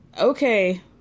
Okay